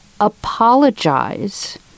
apologize